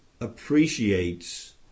appreciates